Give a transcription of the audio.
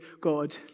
God